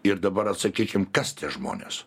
ir dabar atsakykim kas tie žmonės